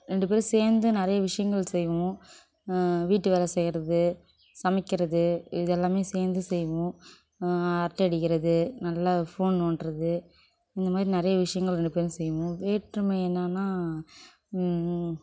ரெண்டு பேரும் சேந்தும் நிறைய விஷயங்கள் செய்வோம் வீட்டு வேலை செய்யிறது சமைக்கிறது இதெல்லாமே சேர்ந்து செய்வோம் அரட்டை அடிக்கிறது நல்லா ஃபோன் நோண்டுகிறது இந்த மாதிரி நிறைய விஷயங்கள் ரெண்டு பேரும் செய்வோம் வேற்றுமை என்னன்னா